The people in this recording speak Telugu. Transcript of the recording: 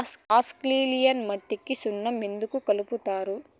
ఆల్కలీన్ మట్టికి సున్నం ఎందుకు కలుపుతారు